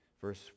Verse